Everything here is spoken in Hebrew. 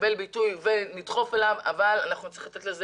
יקבל ביטוי ונלך אליו אבל אנחנו צריכים לתת לזה